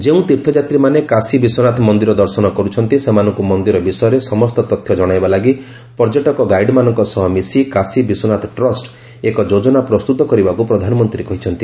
ଯେଉଁ ତୀର୍ଥଯାତ୍ରୀମାନେ କାଶୀ ବିଶ୍ୱନାଥ ମନ୍ଦିର ଦର୍ଶନ କରୁଛନ୍ତି ସେମାନଙ୍କୁ ମନ୍ଦିର ବିଷୟରେ ସମସ୍ତ ତଥ୍ୟ ଜଣାଇବା ଲାଗି ପର୍ଯ୍ୟଟକ ଗାଇଡ୍ମାନଙ୍କ ସହ ମିଶି କାଶୀ ବିଶ୍ୱନାଥ ଟ୍ରଷ୍ଟ ଏକ ଯୋଜନା ପ୍ରସ୍ତୁତ କରିବାକୁ ପ୍ରଧାନମନ୍ତ୍ରୀ କହିଛନ୍ତି